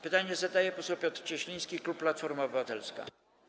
Pytanie zadaje poseł Piotr Cieśliński, klub Platforma Obywatelska.